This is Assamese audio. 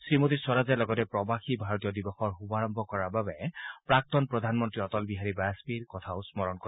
শ্ৰীমতী স্বৰাজে লগতে প্ৰৱাসী ভাৰতীয় দিৱসৰ শুভাৰম্ভ কৰাৰ বাবে প্ৰাক্তন প্ৰধানমন্ত্ৰী অটল বিহাৰী বাজপেয়ীৰ কথাও স্মৰণ কৰে